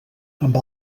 amb